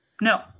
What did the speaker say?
No